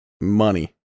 Money